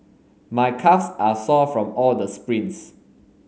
my calves are sore from all the sprints